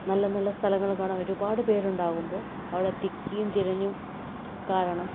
നല്ല നല്ല സ്ഥലങ്ങൾ കാണാൻ ഒരുപാട് പേരുണ്ടാവുമ്പോൾ അവിടെ തിക്കിയും തിരഞ്ഞും കാരണം